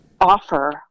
offer